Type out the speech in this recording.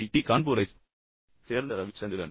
D கான்பூரைச் சேர்ந்த ரவிச்சந்திரன்